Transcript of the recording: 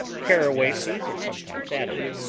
caraway seeds are sometimes added.